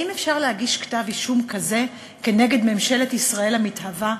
האם אפשר להגיש כתב אישום כזה כנגד ממשלת ישראל המתהווה?